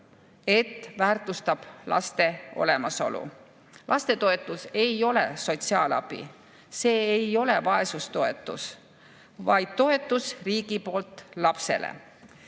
et väärtustab laste olemasolu. Lapsetoetus ei ole sotsiaalabi, see ei ole vaesustoetus, vaid riigi toetus lapsele.